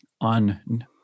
on